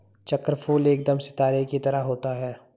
चक्रफूल एकदम सितारे की तरह होता है